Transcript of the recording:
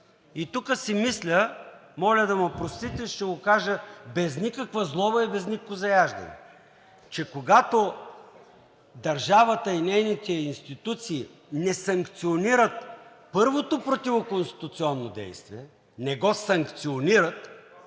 Тук си мисля, моля да ми простите, ще го кажа без никаква злоба и без никакво заяждане, че когато държавата и нейните институции не санкционират първото противоконституционно действие, не го санкционират,